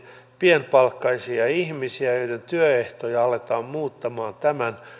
pienpalkkaisia ihmisiä joiden työehtoja aletaan muuttamaan tämän